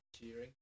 cheering